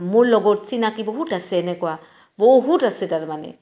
মোৰ লগত চিনাকি বহুত আছে এনেকুৱা বহুত আছে তাৰ মানে